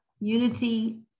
unity